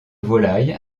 volailles